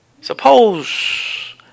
Suppose